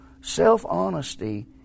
self-honesty